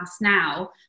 now